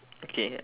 okay